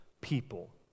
people